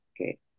Okay